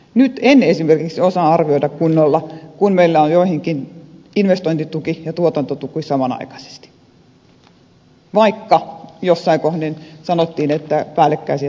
nyt en esimerkiksi osaa arvioida tukijärjestelmää kunnolla kun meillä on joihinkin investointituki ja tuotantotuki samanaikaisesti vaikka jossain kohdin sanottiin että päällekkäisiä tukijärjestelmiä ei ole